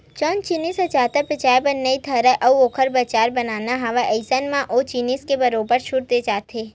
जउन जिनिस ह जादा बेचाये बर नइ धरय अउ ओखर बजार बनाना हवय अइसन म ओ जिनिस म बरोबर छूट देय जाथे